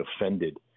offended